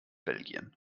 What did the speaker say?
belgien